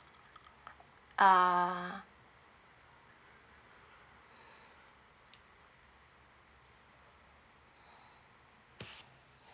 uh